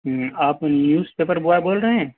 آپ newspaper boy بول رہے ہیں